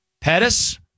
Pettis